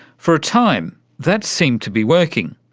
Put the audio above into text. for a time that seemed to be working,